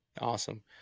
Awesome